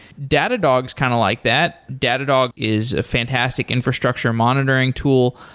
datadog's kind of like that. datadog is a fantastic infrastructure monitoring tool,